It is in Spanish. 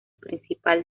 principal